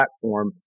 platform